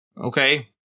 Okay